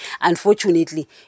unfortunately